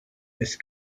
ist